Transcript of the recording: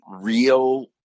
real